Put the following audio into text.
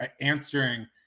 answering